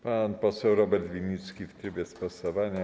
Pan poseł Robert Winnicki w trybie sprostowania.